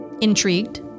Intrigued